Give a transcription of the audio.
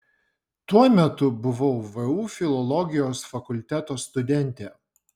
tuo metu buvau vu filologijos fakulteto studentė